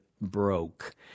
broke